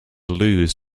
lose